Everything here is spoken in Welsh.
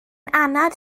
anad